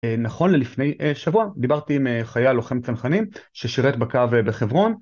נכון ללפני שבוע, דיברתי עם חייל לוחם צנחנים ששירת בקו בחברון.